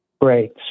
Great